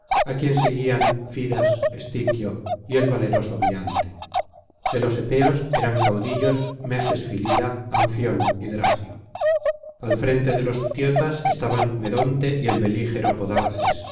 á quien seguían fidas estiquio y el valeroso biante de los epeos eran caudillos meges filida anfión y dracio al frente de los ptiotas estaban medonte y el belígero podarces